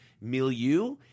milieu